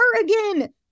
again